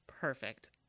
Perfect